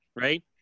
right